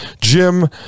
Jim